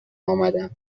آمدم